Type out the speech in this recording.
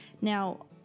Now